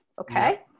okay